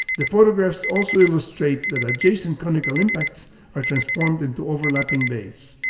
the photographs also illustrate that adjacent conical impacts are transformed into overlapping bays.